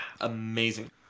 amazing